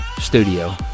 studio